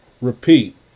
repeat